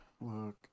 look